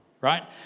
right